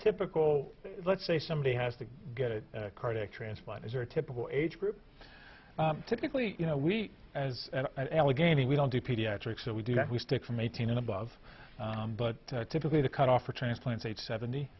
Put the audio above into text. typical let's say somebody has to get a cardiac transplant is there a typical age group typically you know we as allegheny we don't do pediatric so we do that we stick from eighteen and above but typically the cutoff for transplants eight seventy